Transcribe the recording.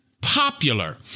popular